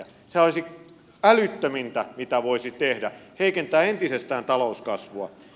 sehän olisi älyttömintä mitä voisi tehdä heikentää entisestään talouskasvua